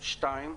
שנית,